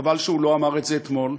חבל שהוא לא אמר את זה אתמול,